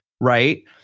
right